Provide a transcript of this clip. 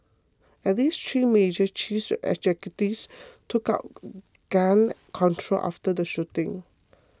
at least three major chief executives took gun control after the shooting